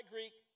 Greek